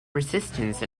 resistance